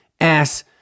ass